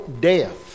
death